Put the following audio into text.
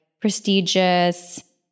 Prestigious